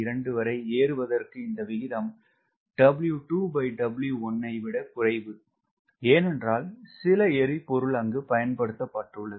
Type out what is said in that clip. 2 வரை ஏறுவதற்கு இந்த விகிதம் ஐ விட குறைவு ஏன் என்றால் சில எரிபொருள் அங்கு பயன்படுத்தப்பட்டுள்ளது